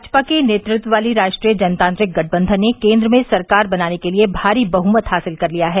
भाजपा के नेतृत्व वाली राष्ट्रीय जनतांत्रिक गठबंधन ने केन्द्र में सरकार बनाने के लिए भारी बहमत हासिल कर लिया है